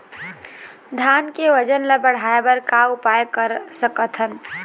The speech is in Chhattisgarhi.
धान के वजन ला बढ़ाएं बर का उपाय कर सकथन?